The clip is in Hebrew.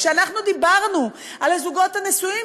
כשאנחנו דיברנו על הזוגות הנשואים